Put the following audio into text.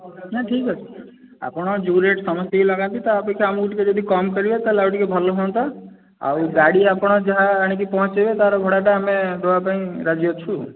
ନା ଠିକ୍ଅଛି ଆପଣ ଯେଉଁ ରେଟ୍ ସମସ୍ତିଙ୍କି ଲଗାନ୍ତି ତା ଅପେକ୍ଷା ଆମକୁ ଟିକିଏ ଯଦି କମ୍ କରିବେ ତାହେଲେ ଟିକିଏ ଭଲ ହୁଅନ୍ତା ଆଉ ଗାଡ଼ି ଆପଣ ଯାହା ଆଣିକି ପହଞ୍ଚାଇବେ ତାର ଭଡ଼ାଟା ଆମେ ଦେବାପାଇଁ ରାଜି ଅଛୁ